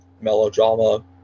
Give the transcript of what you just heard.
melodrama